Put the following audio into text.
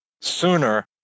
sooner